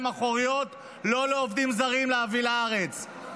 האחוריות לא להביא לארץ עובדים זרים.